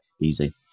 easy